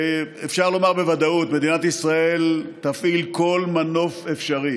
אפשר לומר בוודאות שמדינת ישראל תפעיל כל מנוף אפשרי